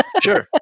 sure